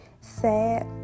sad